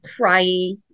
cryy